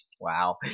Wow